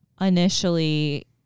initially